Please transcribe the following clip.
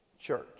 church